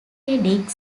dick